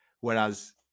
whereas